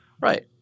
Right